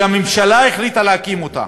שהממשלה החליטה להקים אותה.